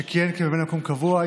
שכיהן כממלא מקום קבוע,